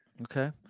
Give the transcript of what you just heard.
Okay